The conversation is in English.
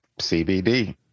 CBD